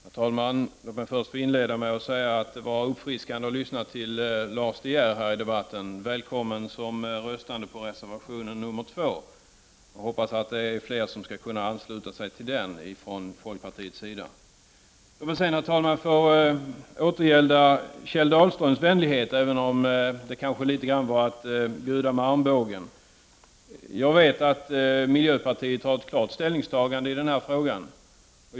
Herr talman! Låt mig få inleda med att säga att det var uppfriskande att lyssna till Lars De Geer i debatten. Välkommen som röstande på reservation nr 2. Jag hoppas att det är fler från folkpartiets sida som skall kunna ansluta sig till den. Låt mig sedan, herr talman, återgälda Kjell Dahlströms vänlighet, även om det kanske var litet att bjuda med armbågen. Jag vet att miljöpartiet har gjort ett klart ställningstagande i den här frågan.